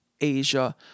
Asia